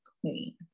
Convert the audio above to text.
queen